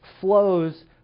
flows